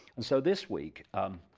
and so this week on